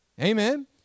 Amen